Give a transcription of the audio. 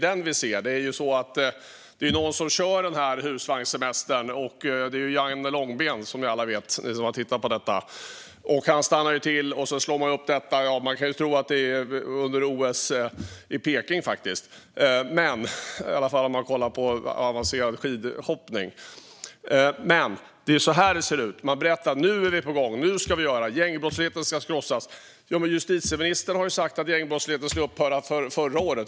Som vi alla som tittat på detta vet är det Janne Långben som kör husvagnen på den här semestern. Han stannar till, och så slås parasollet upp. Man kan faktiskt tro att det är under OS i Peking, i alla fall om man kollar på avancerad skidhoppning. Det är så här det ser ut. Man får höra: Nu är vi på gång - gängbrottsligheten ska krossas! Ja, men justitieministern sa ju att gängbrottsligheten skulle upphöra förra året.